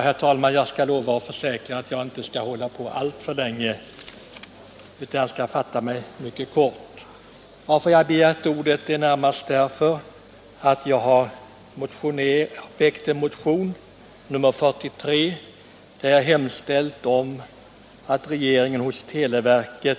Herr talman! Jag lovar och försäkrar att jag inte skall tala alltför länge utan fatta mig mycket kort. a Jag har begärt ordet närmast därför att jag har väckt en motion, nr 43, i vilken jag hemställt att regeringen ger televerket